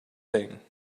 thing